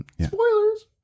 Spoilers